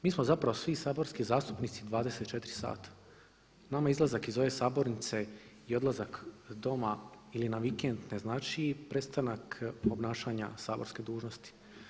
Mi smo zapravo svi saborski zastupnici 24h, nama izlazak iz ove sabornice i odlazak doma ili na vikend ne znači prestanak obnašanja saborske dužnosti.